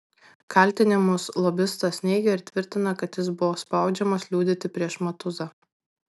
kaltinimus lobistas neigia ir tvirtina kad jis buvo spaudžiamas liudyti prieš matuzą